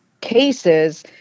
cases